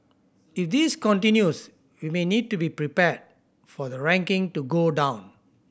if this continues we may need to be prepared for the ranking to go down